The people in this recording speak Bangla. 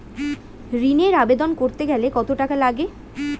ঋণের আবেদন করতে গেলে কত টাকা লাগে?